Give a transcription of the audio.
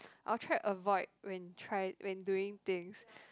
I'll try avoid when try when doing things